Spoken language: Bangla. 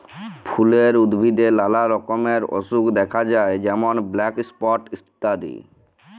ফুলের উদ্ভিদে লালা রকমের অসুখ দ্যাখা যায় যেমল ব্ল্যাক স্পট ইত্যাদি